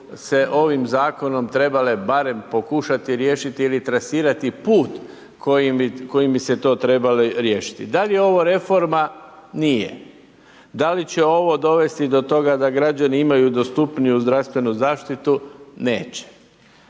ovim zakonom trebale barem pokušati riješiti ili trasirati put kojim bi se to trebalo riješiti. Da li je ovo reforma? Nije. Da li će ovo dovesti do toga da građani imaju dostupniju zdravstvenu zaštitu? Neće.